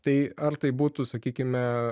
tai ar tai būtų sakykime